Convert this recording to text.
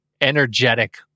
energetic